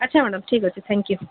ଆଚ୍ଛା ମ୍ୟାଡମ୍ ଠିକ୍ ଅଛି ଥ୍ୟାଙ୍କ୍ ୟୁ